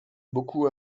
beaucoup